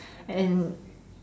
and